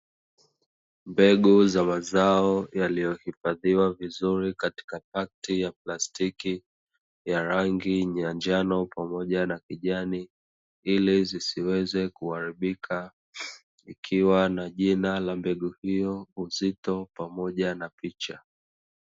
Mbegu za mazao yaliyo hifadhiwa vizuri katika pakiti ya plastiki ya rangi ya njano pamoja na kijani, ili zisiweze kuaribika ikiwa na jina la mbegu hiyo, uzito pamoja na picha.